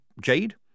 Jade